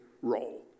role